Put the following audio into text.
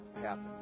happen